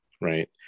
right